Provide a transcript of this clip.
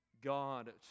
God